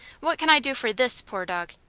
what can i do for this poor dog?